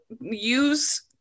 use